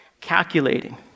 calculating